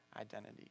identity